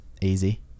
easy